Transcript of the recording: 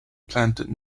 planted